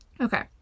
Okay